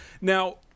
Now